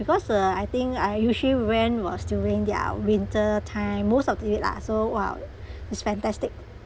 because uh I think I usually went was during their winter time most of it lah so !wah! it's fantastic